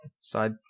side